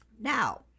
now